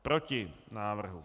Proti návrhu.